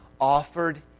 Offered